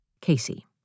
Casey